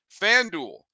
FanDuel